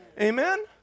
Amen